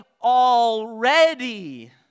already